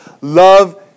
Love